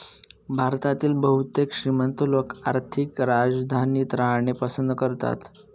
भारतातील बहुतेक श्रीमंत लोक आर्थिक राजधानीत राहणे पसंत करतात